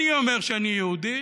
אני אומר שאני יהודי,